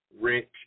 rich